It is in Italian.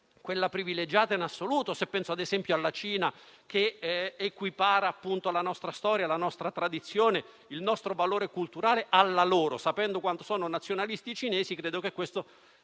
quella privilegiata in assoluto se penso, ad esempio, alla Cina, che equipara la nostra storia, la nostra tradizione, il nostro valore culturale ai loro. Sapendo quanto sono nazionalisti i cinesi, credo che questo dica tutto, che